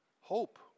Hope